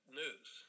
news